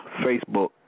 Facebook